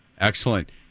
Excellent